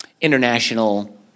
International